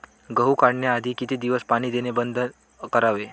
गहू काढण्याआधी किती दिवस पाणी देणे बंद करावे?